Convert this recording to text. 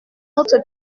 notre